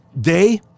day